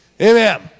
amen